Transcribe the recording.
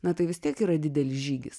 na tai vis tiek yra didelis žygis